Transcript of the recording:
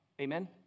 amen